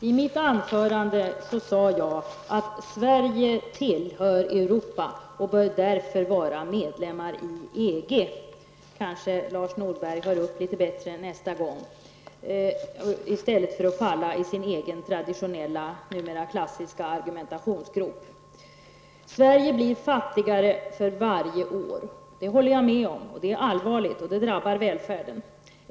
Fru talman! Jag sade i mitt anförande att Sverige tillhör Europa och därför bör vara medlem i EG. Lars Norberg kanske kan höra upp litet bättre nästa gång, i stället för att falla i sin egen, numera klassiska, argumentationsgrop. Jag håller med om att Sverige blir fattigare för varje år. Det är allvarligt, och det drabbar välfärden.